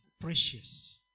Precious